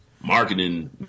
marketing